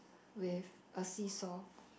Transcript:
with a see saw